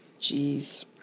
Jeez